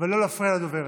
ולא להפריע לדוברת.